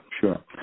sure